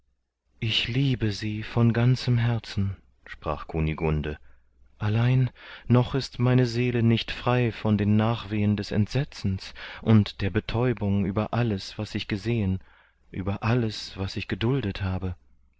ich liebe sie vom ganzen herzen sprach kunigunde allein noch ist meine seele nicht frei von den nachwehen des entsetzens und der betäubung über alles was ich gesehen über alles was ich geduldet habe